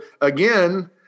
again –